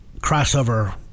crossover